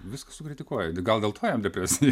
viskas sukritikuoji gal dėl to jam depresija